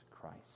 Christ